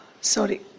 Sorry